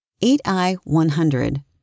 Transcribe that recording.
8I-100